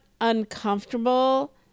uncomfortable